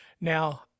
Now